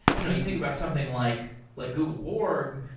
you know you think about something like like google borg.